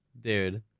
dude